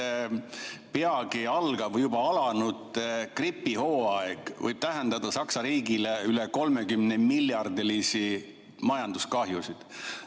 peagi algav või juba alanud gripihooaeg võib tähendada Saksa riigile üle 30-miljardilisi majanduskahjusid.